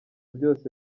byose